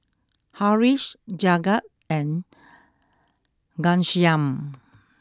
Haresh Jagat and Ghanshyam